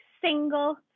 single